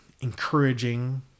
encouraging